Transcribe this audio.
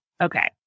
Okay